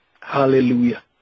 Hallelujah